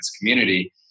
community